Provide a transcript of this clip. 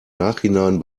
nachhinein